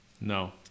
No